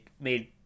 made